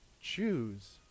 choose